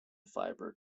fibre